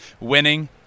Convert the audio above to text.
winning